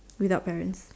without parents